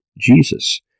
jesus